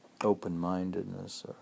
open-mindedness